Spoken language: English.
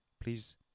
Please